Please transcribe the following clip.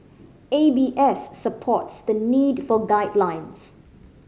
A B S supports the need for guidelines